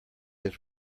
his